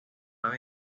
para